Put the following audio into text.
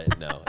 no